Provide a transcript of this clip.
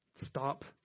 Stop